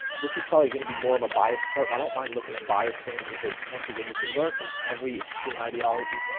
this is probably gonna be more of a biased chart but i don't mind looking at bias things because once again you can learn from every extreme ideology.